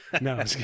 No